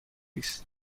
است